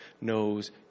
knows